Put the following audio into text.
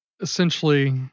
Essentially